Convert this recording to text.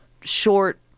short